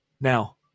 Now